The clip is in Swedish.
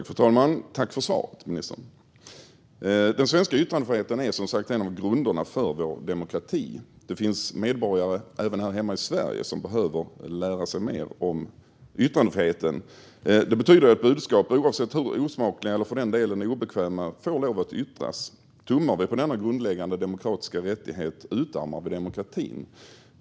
Fru talman! Tack för svaret, ministern! Den svenska yttrandefriheten är som sagt en av grunderna för vår demokrati. Det finns medborgare även här hemma i Sverige som behöver lära sig mer om yttrandefriheten. Det betyder att budskap får yttras oavsett hur osmakliga, eller för den delen obekväma, de är. Tummar vi på denna grundläggande demokratiska rättighet utarmar vi demokratin.